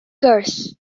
gwrs